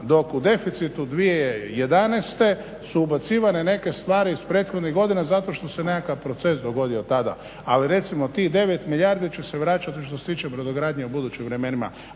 dok u deficitu 2011. su ubacivane neke stvari iz prethodnih godina zato što se nekakav proces dogodio tada. Ali recimo tih 9 milijardi će se vraćati što se tiče brodogradnje u budućim vremenima.